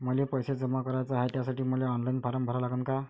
मले पैसे जमा कराच हाय, त्यासाठी मले ऑनलाईन फारम भरा लागन का?